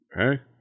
Okay